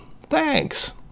thanks